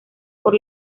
por